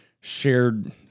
shared